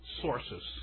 sources